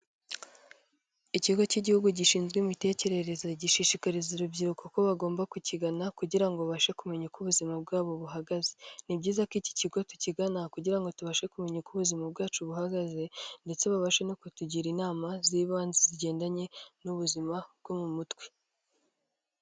Ikigo cy'igihugu gishinzwe imitekerereze gishishikariza urubyiruko ko bagomba kukigana kugira ngo babashe kumenya uko ubuzima bwabo buhagaze, ni byiza ko iki kigo tukigana kugira ngo tubashe kumenya uko ubuzima bwacu buhagaze ndetse babashe no kutugira inama z'ibanze zigendanye n'ubuzima bwo mu mutwe.